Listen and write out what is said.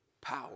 power